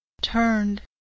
turned